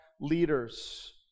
leaders